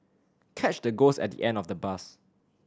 catch the ghost at the end of the bus